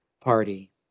party